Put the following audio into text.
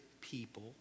people